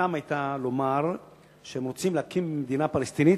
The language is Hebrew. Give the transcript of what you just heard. שאיפתם היתה לומר שהם רוצים להקים מדינה פלסטינית,